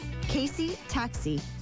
caseytaxi